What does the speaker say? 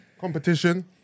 competition